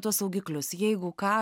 tuos saugiklius jeigu ką